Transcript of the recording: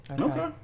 okay